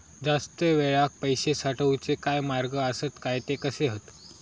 जास्त वेळाक पैशे साठवूचे काय मार्ग आसत काय ते कसे हत?